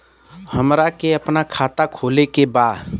हमरा के अपना खाता खोले के बा?